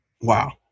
Wow